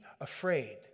afraid